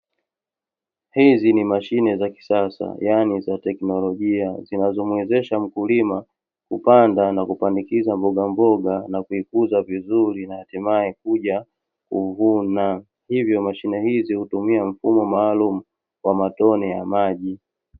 Hizi ni mashine za kisasa yaani za teknolojia zinazomwezesha mkulima kupanda na kupandikiza mbogamboga na kuikuza vizuri, na hatimaye kuja kuvuna. Hivyo mashine hizi hutumia mfumo maalumu wa matone ya maji.